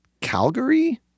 Calgary